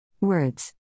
Words